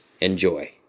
Enjoy